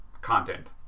content